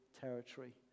territory